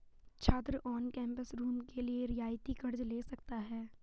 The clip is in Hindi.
छात्र ऑन कैंपस रूम के लिए रियायती कर्ज़ ले सकता है